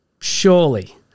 surely